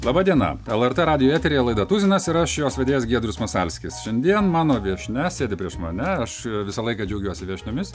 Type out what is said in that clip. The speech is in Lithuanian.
laba diena lrt radijo eteryje laida tuzinas ir aš jos vedėjas giedrius masalskis šiandien mano viešnia sėdi prieš mane aš visą laiką džiaugiuosi viešniomis